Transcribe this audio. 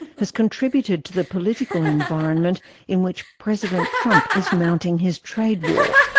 has contributed to the political environment in which president trump is mounting his trade war.